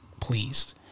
pleased